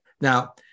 Now